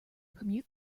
permute